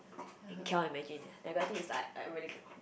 I cannot imagine eh and I got think is like I really cannot